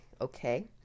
okay